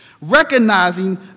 Recognizing